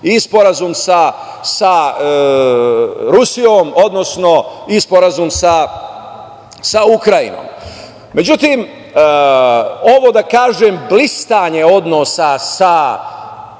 i sporazum sa Rusijom i sporazum sa Ukrajinom.Međutim, ovo, da kažem, blistanje odnosa sa raznim